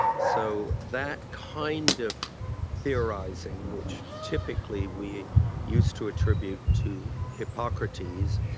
so that kind of theorising which typically we used to attribute to hippocrates,